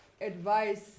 advice